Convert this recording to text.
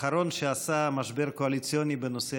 האחרון שעשה משבר קואליציוני בנושא